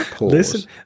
Listen